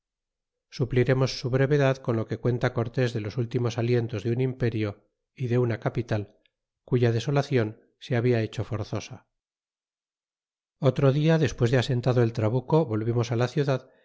supliremos su brevedad con lo que cuenta cortés de los últimos alicnlos de un imperio y de na capital cuya desolacion se habla hecho for zosa otro dia despues de asentado el trabuco voivirtd n s la ciudad